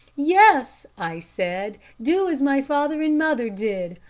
yes, i said, do as my father and mother did.